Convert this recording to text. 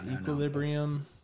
Equilibrium